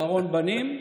קרון בנים,